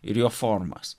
ir jo formas